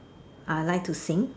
I like to sing